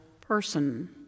person